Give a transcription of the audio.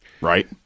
right